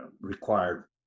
required